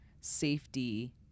safety